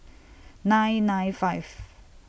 nine nine five